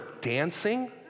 dancing